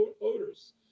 odors